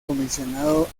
comisionado